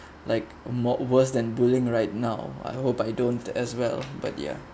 like a more worse than bullying right now I hope I don't as well but ya